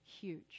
Huge